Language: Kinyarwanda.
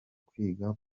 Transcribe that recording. kwiga